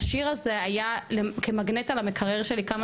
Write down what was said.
השיר הזה היה כמגנט על המקרר שלי כמה